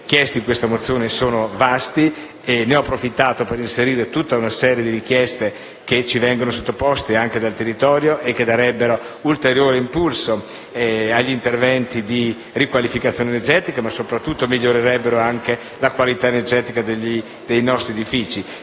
chiesti in questa mozione sono vasti. Ne ho approfittato per inserire tutta una serie di richieste che provengono anche dal territorio e che, se assecondate, darebbero ulteriore impulso agli interventi di riqualificazione energetica e, soprattutto, migliorerebbero la qualità energetica dei nostri edifici.